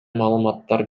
маалыматтар